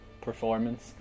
performance